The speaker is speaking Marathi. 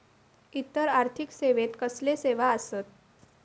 इतर आर्थिक सेवेत कसले सेवा आसत?